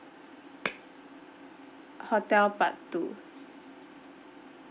hotel part two